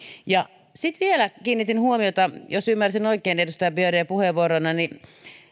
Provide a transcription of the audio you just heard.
sitten vielä kiinnitin huomiota siihen jos ymmärsin oikein edustaja biaudetn puheenvuoron